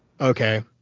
Okay